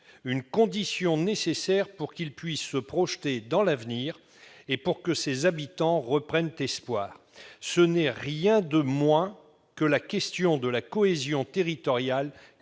une condition nécessaire pour que celui-ci puisse se projeter dans l'avenir et pour que ses habitants reprennent espoir. Ce n'est rien de moins que la question de la cohésion territoriale